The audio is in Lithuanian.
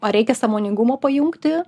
ar reikia sąmoningumo pajungti